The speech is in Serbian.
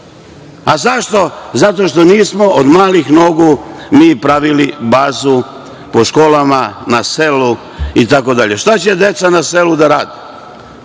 Zašto? Zato što nismo od malih nogu mi pravili bazu po školama, na selu i tako dalje. Šta će deca na selu da rade?